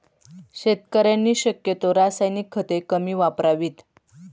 शेतकऱ्यांनी शक्यतो रासायनिक खते कमी वापरावीत